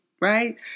Right